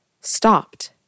stopped